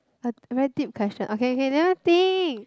a a very deep question okay okay never think